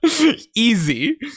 Easy